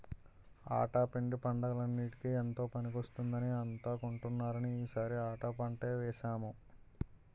ఆటా పిండి పండగలన్నిటికీ ఎంతో పనికొస్తుందని అంతా కొంటున్నారని ఈ సారి ఆటా పంటే వేసాము